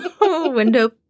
Window